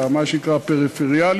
מה שנקרא הפריפריאליים,